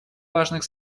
важных